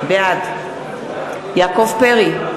בעד יעקב פרי,